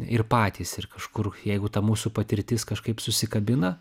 ir patys ir kažkur jeigu ta mūsų patirtis kažkaip susikabina